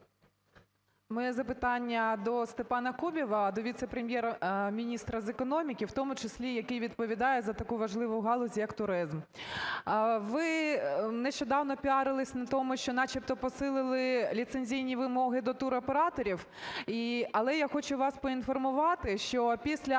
Моє запитання до Степана Кубіва, до віце-прем'єр-міністра з економіки, в тому числі який відповідає за таку важливу галузь як туризм. Ви нещодавно піарились на тому, що начебто посили ліцензійні вимоги до туроператорів. Але я хочу вас поінформувати, що після